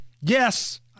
yes